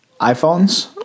iPhones